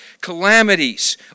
calamities